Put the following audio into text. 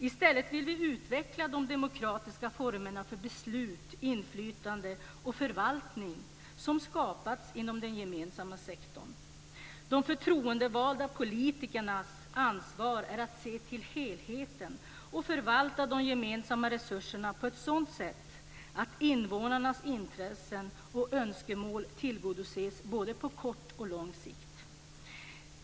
I stället vill vi utveckla de demokratiska former för beslut, inflytande och förvaltning som skapats inom den gemensamma sektorn. De förtroendevalda politikernas ansvar är att se till helheten och förvalta de gemensamma resurserna på ett sådant sätt att invånarnas intressen och önskemål tillgodoses både på kort och på lång sikt.